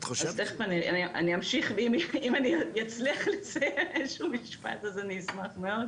אם אני אצליח לסיים משפט, אז אני אשמח מאוד.